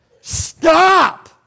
stop